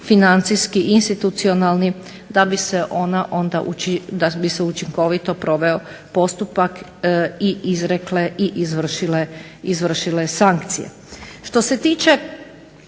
financijski, institucionalni da bi se onda učinkovito proveo postupak i izrekle i izvršile sankcije. Što se tiče